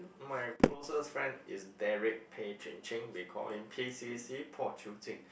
my closest friend is Derrick Peh Chin Ching we call him P_C_C